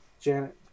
Janet